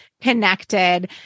connected